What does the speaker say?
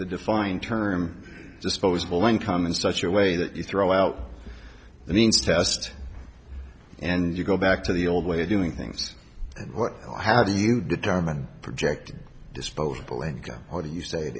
the defined term disposable income in such a way that you throw out the means test and you go back to the old way of doing things and what have you determine projected disposable income or do you say